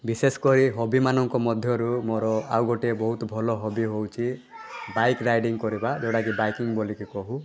ବିଶେଷ କରି ହବି ମାନଙ୍କ ମଧ୍ୟରୁ ମୋର ଆଉ ଗୋଟେ ବହୁତ ଭଲ ହବି ହେଉଛି ବାଇକ୍ ରାଇଡ଼ିଙ୍ଗ୍ କରିବା ଯେଉଁଟାକି ବାଇକିଙ୍ଗ୍ ବୋଲିକି କହୁ